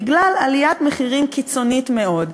בגלל עליית מחירים קיצונית מאוד,